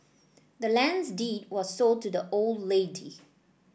the land's deed was sold to the old lady